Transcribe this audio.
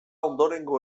ondorengo